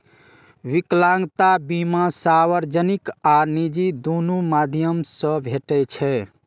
विकलांगता बीमा सार्वजनिक आ निजी, दुनू माध्यम सं भेटै छै